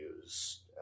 use